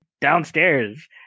downstairs